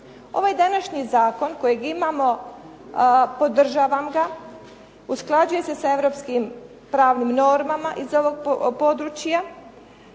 Ovaj današnji zakon kojeg imamo podržavam ga, usklađuje se sa europskim pravnim normama iz ovog područja.